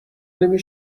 نمی